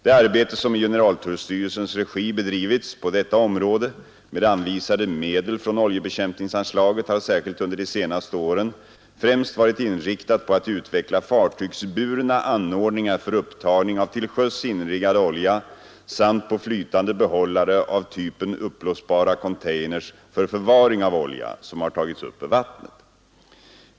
Det arbete som i generaltullstyrelsens regi bedrivits på detta område med anvisade medel från oljebekämpningsanslaget har särskilt under de senaste åren främst varit inriktat på att utveckla fartygsburna anordningar för upptagning av till sjöss inringad olja samt på flytande behållare av typen uppblåsbara containers för förvaring av olja, som har tagits upp ur vattnet.